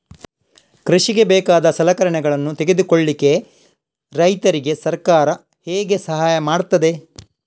ಕೃಷಿಗೆ ಬೇಕಾದ ಸಲಕರಣೆಗಳನ್ನು ತೆಗೆದುಕೊಳ್ಳಿಕೆ ರೈತರಿಗೆ ಸರ್ಕಾರ ಹೇಗೆ ಸಹಾಯ ಮಾಡ್ತದೆ?